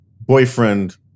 boyfriend